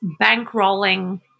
bankrolling